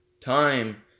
time